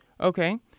Okay